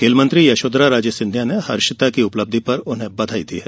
खेल मंत्री यशोधरा राजे सिंधिया ने हर्षिता की उपलब्धि पर उन्हें बधाई दी है